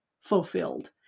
fulfilled